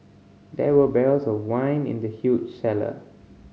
there were barrels of wine in the huge cellar